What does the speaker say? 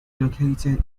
located